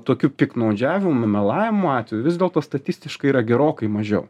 tokiu piktnaudžiavimų melavimo atvejų vis dėlto statistiškai yra gerokai mažiau